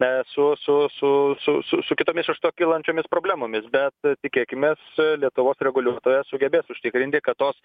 e su su su su su kitomis iš to kylančiomis problemomis bet tikėkimės lietuvos reguliuotojas sugebės užtikrinti kad tos